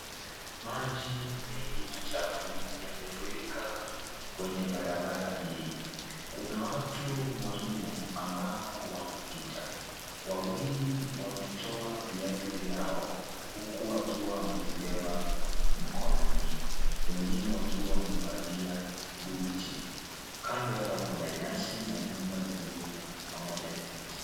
Maji mengi machafu yamefurika kwenye barabara hii , kuna watu wanne ambao wanapita, wawili wametoa viatu vyao huku wakiwa wamezibeba mkononi wengine wakiwa wamevalia buti kando yao kuna nyasi na nyumba zingine pamoja na miti.